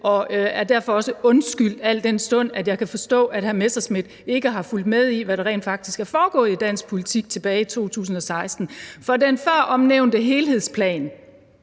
og er derfor også undskyldt, al den stund at jeg kan forstå, at hr. Morten Messerschmidt ikke har fulgt med i, hvad der rent faktisk er foregået i dansk politik tilbage i 2016. For den føromtalte helhedsplan